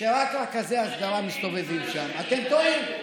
שרק רכזי ההסדרה מסתובבים שם, אתם טועים.